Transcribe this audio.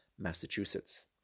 Massachusetts